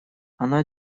оно